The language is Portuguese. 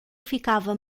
ficava